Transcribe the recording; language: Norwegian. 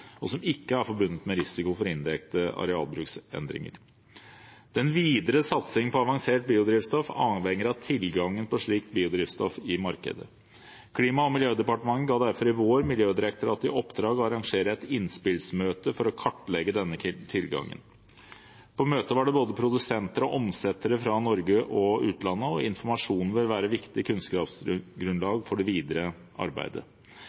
og som ikke er forbundet med risiko for indirekte arealbruksendringer. Den videre satsingen på avansert biodrivstoff avhenger av tilgangen på slikt biodrivstoff i markedet. Klima- og miljødepartementet ga derfor i vår Miljødirektoratet i oppdrag å arrangere et innspillsmøte for å kartlegge denne tilgangen. På møtet var det både produsenter og omsettere fra Norge og utlandet. Informasjonen vil være et viktig kunnskapsgrunnlag for det videre arbeidet